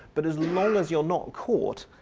but as long as you're not caught,